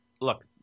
Look